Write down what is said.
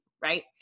Right